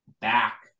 Back